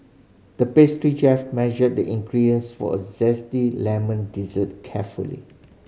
the pastry chef measured the ingredients for a zesty lemon dessert carefully